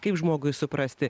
kaip žmogui suprasti